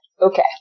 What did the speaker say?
okay